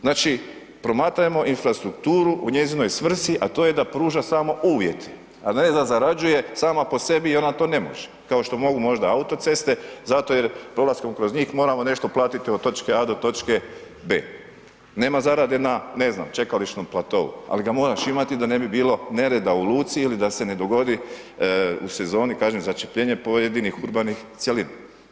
Znači, promatramo infrastrukturu u njezinoj svrsi, a to je da pruža samo uvjet, a ne da zarađuje sama po sebi, jer ona to ne može, kao što mogu možda autoceste, zato jer prolaskom kroz njih, moramo nešto platiti od točke A do točke B. Nema zarade, na ne znam, čekališnom platou, ali ga moraš imati, da ne bilo nereda u luci ili da se ne dogodi, u sezoni, kažem začepljenje, pojedinih urbanih cjelina.